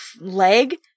leg